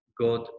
God